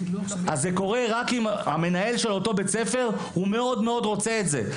זה קורה רק אם מנהל של אותו בית-ספר מאוד רוצה את זה.